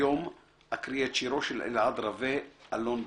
היום אקריא את שירו של אלעד רווה, אלון בכות.